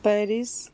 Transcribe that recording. Paris